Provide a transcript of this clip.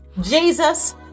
Jesus